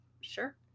Sure